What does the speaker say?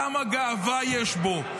כמה גאווה יש בו,